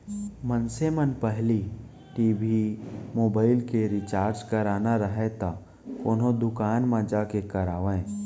मनसे मन पहिली टी.भी, मोबाइल के रिचार्ज कराना राहय त कोनो दुकान म जाके करवाय